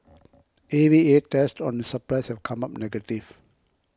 A V A tests on its supplies have come up negative